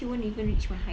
pakai heels pun like